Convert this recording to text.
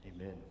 Amen